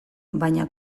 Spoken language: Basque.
baina